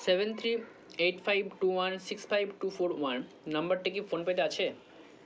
seven three eight five two one six five two four one নাম্বারটি কি ফোনপেতে আছে